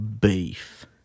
beef